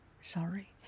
sorry